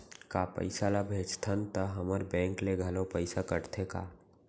का पइसा ला भेजथन त हमर बैंक ले घलो पइसा कटथे का?